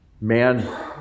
Man